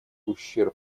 ущерб